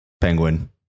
penguin